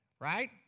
right